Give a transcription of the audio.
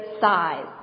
size